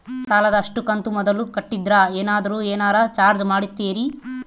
ಸಾಲದ ಅಷ್ಟು ಕಂತು ಮೊದಲ ಕಟ್ಟಿದ್ರ ಏನಾದರೂ ಏನರ ಚಾರ್ಜ್ ಮಾಡುತ್ತೇರಿ?